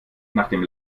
nachdem